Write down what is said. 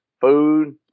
food